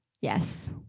yes